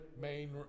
main